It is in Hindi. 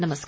नमस्कार